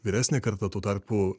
vyresnė karta tuo tarpu